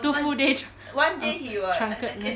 two full day dr~ of drunkard-ness